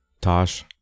Tosh